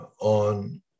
on